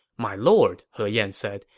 my lord, he yan said,